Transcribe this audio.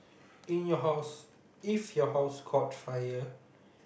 in your house if your house caught fire